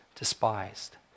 despised